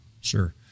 Sure